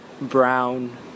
brown